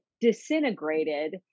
disintegrated